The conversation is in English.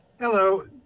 Hello